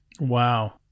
Wow